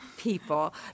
People